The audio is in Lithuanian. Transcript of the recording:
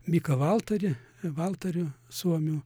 mika valtari valtariu suomių